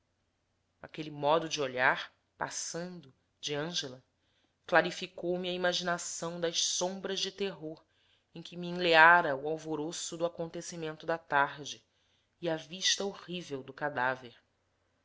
aquele modo de olhar passando de ângela clarificou me a imaginação das sombras de terror em que me enleava o alvoroço do acontecimento da tarde e a vista horrível do cadáver